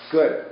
Good